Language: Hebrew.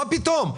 מה פתאום,